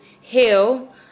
Heal